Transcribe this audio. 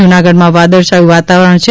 જૂનાગઢમાં વાદળછાયું વાતાવરણ છે